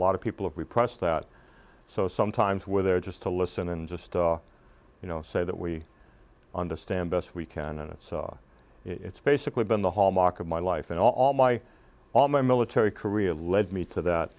of people have repressed that so sometimes where they're just to listen and just you know say that we understand best we can and it's it's basically been the hallmark of my life and all my all my military career led me to that